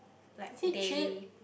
like daily